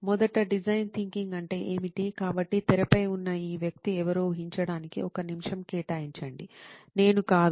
మొదట design thinking అంటే ఏమిటి కాబట్టి తెరపై ఉన్న ఈ వ్యక్తి ఎవరో ఊహించడానికి ఒక్క నిమిషం కేటాయించండి నేను కాదు